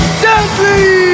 deadly